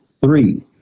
three